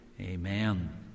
Amen